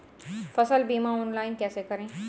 फसल बीमा ऑनलाइन कैसे करें?